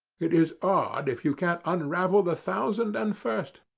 it is odd if you can't unravel the thousand and first.